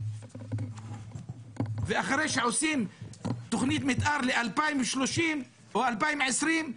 ואחרי שעושים תוכנית מתאר ל-2030 או 2020,